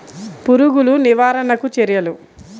పురుగులు నివారణకు చర్యలు?